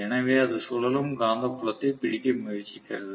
எனவே அது சுழலும் காந்தப்புலத்தைப் பிடிக்க முயற்சிக்கிறது